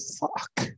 fuck